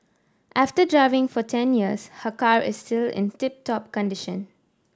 after driving for ten years her car is still in tip top condition